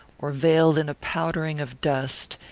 or veiled in a powdering of dust,